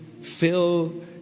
fill